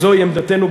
זוהי עמדתנו,